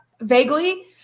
vaguely